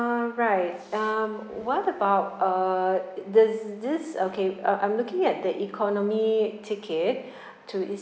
alright um what about uh it does this okay uh I'm looking at the economy ticket to